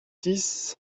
six